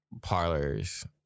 parlors